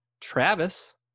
Travis